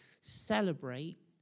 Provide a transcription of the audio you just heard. Celebrate